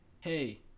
hey